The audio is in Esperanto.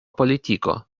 politiko